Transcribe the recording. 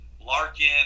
Larkin